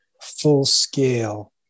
full-scale